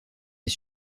est